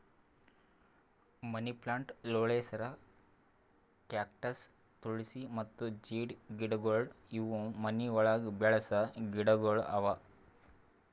ಮನಿ plant, ಲೋಳೆಸರ, cactus, ತುಳ್ಸಿ ಮತ್ತ ಜೀಡ್ ಗಿಡಗೊಳ್ ಇವು ಮನಿ ಒಳಗ್ ಬೆಳಸ ಗಿಡಗೊಳ್ ಅವಾ